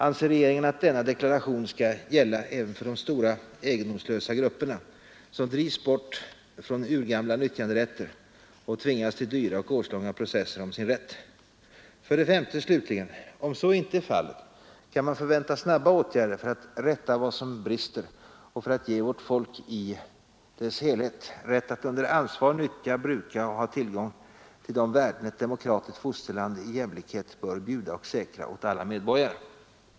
Anser regeringen att denna deklaration skall gälla även för de stora egendomslösa grupperna, som drivs bort från urgamla nyttjanderätter och tvingas till dyra och årslånga processer om sin rätt? S. Om så ej är fallet, kan man förvänta snabba åtgärder för att rätta vad som brister och för att ge vårt folk i dess helhet rätt att under ansvar nyttja, bruka och ha tillgång till de värden ett demokratiskt fosterland i jämlikhet bör bjuda och säkra åt alla medborgare?